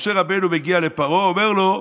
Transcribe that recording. משה רבנו מגיע לפרעה, הוא אומר לו: